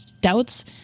doubts